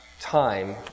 time